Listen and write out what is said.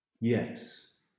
yes